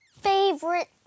favorite